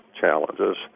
challenges